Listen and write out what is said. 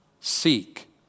Seek